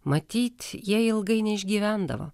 matyt jie ilgai neišgyvendavo